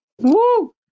Woo